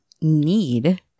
need